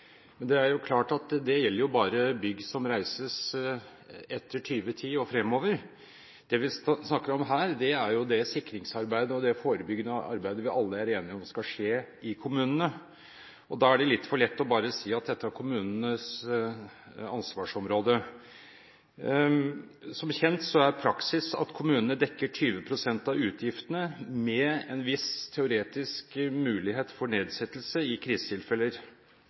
Det er klart at det gjelder bare bygg som er reist etter 2010 og fremover. Det vi snakker om her, er det sikringsarbeidet og det forebyggende arbeidet vi alle er enige om skal skje i kommunene. Da er det litt for lett bare å si at dette er kommunenes ansvarsområde. Som kjent er praksis at kommunene dekker 20 pst. av utgiftene, med en viss teoretisk mulighet for nedsettelse i krisetilfeller.